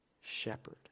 shepherd